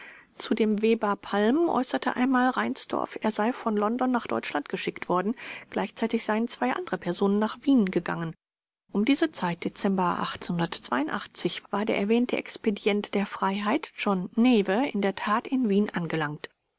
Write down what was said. zu dem weber palm äußerte einmal reinsdorf er sei von london nach deutschland geschickt worden gleichzeitig seien zwei andere personen nach wien gegangen um diese zeit dezember war der erwähnte expedient dient der freiheit john neve in der tat in wien angelangt